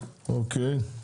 אוקי,